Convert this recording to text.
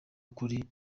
ukuri